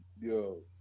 Yo